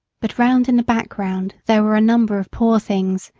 but round in the background there were a number of poor things,